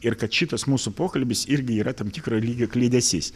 ir kad šitas mūsų pokalbis irgi yra tam tikro lygio kliedesys